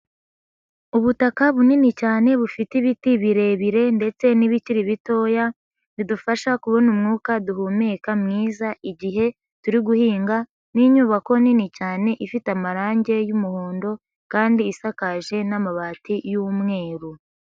Ubutaka bunini cyane bufite ibiti birebire ndetse n'ibikiri bitoya bidufasha kubona umwuka duhumeka mwiza igihe turi guhinga n'inyubako nini cyane ifite amarange y'umuhondo kandi isakaje n'amabati y'umweru.